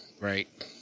Right